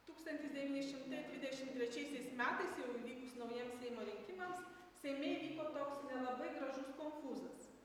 tūkstantis devyni šimtai dvidešim trečiaisiais metais jau įvykus naujiems seimo rinkimams seime įvyko toks nelabai gražus konfūzas